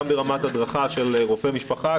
גם ברמת הדרכה של רופאי משפחה,